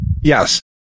Yes